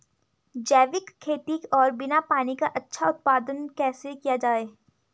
जैविक खेती और बिना पानी का अच्छा उत्पादन कैसे किया जाए?